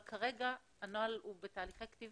אבל כרגע הנוהל הוא בתהליכי כתיבה,